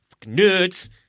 Nerds